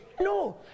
No